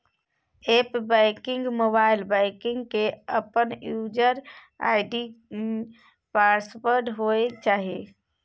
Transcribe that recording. app banking, mobile banking के अपन user ID password होय चाहिए